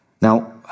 Now